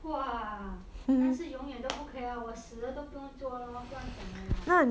!wah! 那是永远都不可以 lah 我死了都不用坐了不用讲 liao lah going to be able to see ah